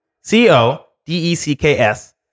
C-O-D-E-C-K-S